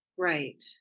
Right